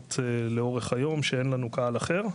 מסוימות לאורך היום, כשאין לנו קהל אחר,